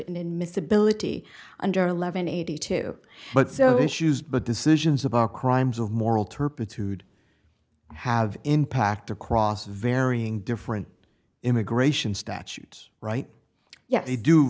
in miss ability under eleven eighty two but so issues but decisions about crimes of moral turpitude have impact across varying different immigration statutes right yet they do